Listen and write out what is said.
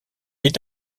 est